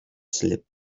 slipped